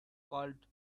called